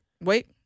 Wait